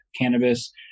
cannabis